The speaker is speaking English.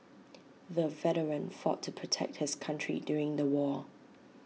the veteran fought to protect his country during the war